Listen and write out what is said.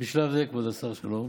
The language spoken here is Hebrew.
הכספים, כבוד השר, שלום.